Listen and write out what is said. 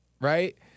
right